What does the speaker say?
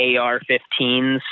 AR-15s